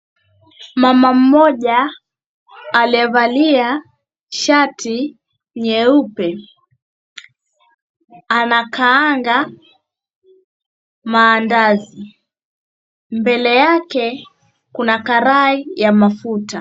Mama mmoja amevalia shati nyeupe anakaanga mandazi, mbele yake kuna karai ya mafuta.